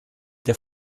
der